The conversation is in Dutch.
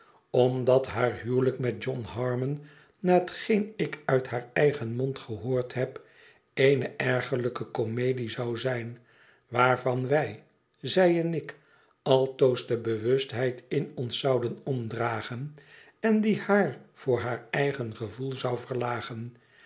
omdat haar huwelijk met john harmon na hetgeen ik uit haar eigen mond gehoord heb eene ergerlijke comedie zou zijn waarvan wij zij en ik altoos de bewustheid in ons zouden omdragen en die haar voor haar eigen gevoel zou verlagen